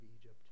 Egypt